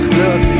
look